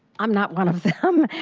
i'm not one of them.